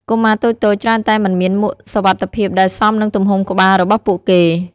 កុមារតូចៗច្រើនតែមិនមានមួកសុវត្ថិភាពដែលសមនឹងទំហំក្បាលរបស់ពួកគេ។